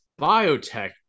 Biotech